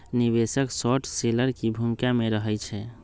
निवेशक short seller की भूमिका में रहइ छै